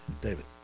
David